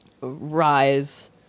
rise